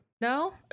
No